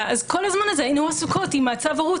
הזמן הזה היינו עסוקות עם צו ההורות.